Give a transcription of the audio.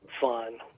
fun